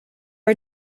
are